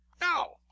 No